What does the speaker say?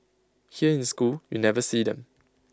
here in school you never see them